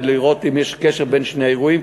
לראות אם יש קשר בין שני האירועים,